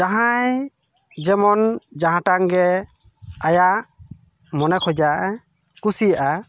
ᱡᱟᱦᱟᱸᱭ ᱡᱮᱢᱚᱱ ᱡᱟᱦᱟᱴᱟᱜ ᱜᱮ ᱟᱭᱟᱜ ᱢᱚᱱᱮ ᱠᱷᱚᱡᱟᱜ ᱮ ᱠᱩᱥᱤᱭᱟᱜᱼᱟ